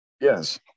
Yes